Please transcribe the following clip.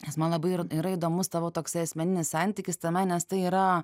nes man labai yra yra įdomus tavo toks asmeninis santykis tame nes tai yra